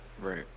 Right